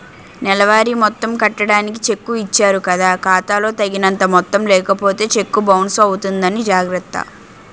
నెలవారీ మొత్తం కట్టడానికి చెక్కు ఇచ్చారు కదా ఖాతా లో తగినంత మొత్తం లేకపోతే చెక్కు బౌన్సు అవుతుంది జాగర్త